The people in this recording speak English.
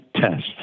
test